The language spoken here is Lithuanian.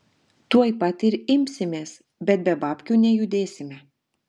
tuoj pat ir imsimės bet be babkių nejudėsime